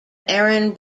aaron